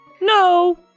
no